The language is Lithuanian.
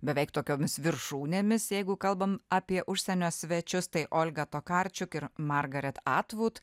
beveik tokiomis viršūnėmis jeigu kalbam apie užsienio svečius tai olga tokarčiok ir margaret atvut